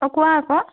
অঁ কোৱা আকৌ